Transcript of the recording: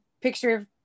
picture